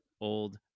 old